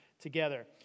Together